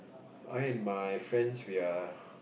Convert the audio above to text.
I and my friends we are